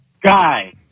guy